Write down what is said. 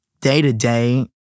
day-to-day